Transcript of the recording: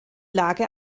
lage